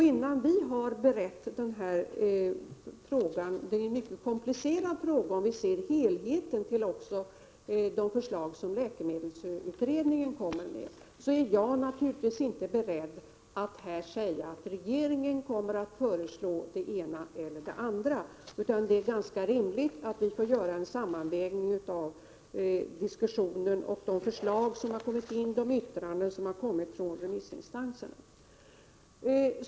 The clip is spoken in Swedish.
Innan vi har berett denna mycket komplicerade fråga, om man ser till helheten, med även de förslag som läkemedelsutredningen kom med, så är jag naturligtvis inte beredd att här säga att regeringen kommer att föreslå det ena eller det andra. Det är ganska rimligt att vi får göra en sammanvägning av de förslag som kommit in, av diskussionen och av de yttranden som har kommit från remissinstanserna.